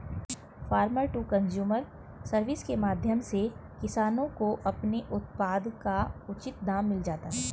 farmer to consumer service के माध्यम से किसानों को अपने उत्पाद का उचित दाम मिल जाता है